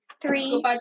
three